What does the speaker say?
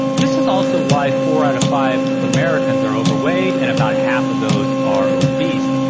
this is also why four out of five americans are overweight and about half of those are obese.